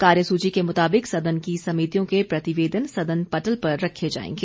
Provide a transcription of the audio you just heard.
कार्य सूची के मुताबिक सदन की समितियों के प्रतिवेदन सदन पटल पर रखे जाएंगे